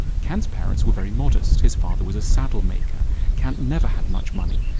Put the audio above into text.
kant's parents were very modest, his father was a saddle maker kant never had much money,